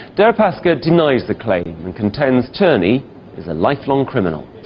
deripaska denies the claim and contends cherney is a lifelong criminal.